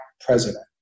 president